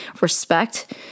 respect